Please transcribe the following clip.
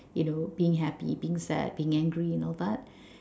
you know being happy being sad being angry and all that